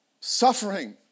Suffering